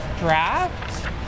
draft